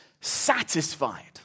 satisfied